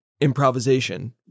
improvisation